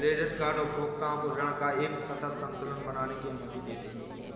credit card उपभोक्ताओं को ऋण का एक सतत संतुलन बनाने की अनुमति देते हैं